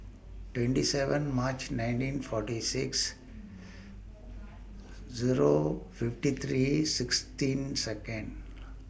twenty seven March nineteen forty six Zero fifty three sixteen Seconds